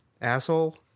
asshole